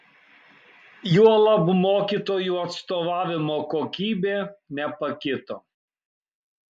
juolab mokytojų atstovavimo kokybė nepakito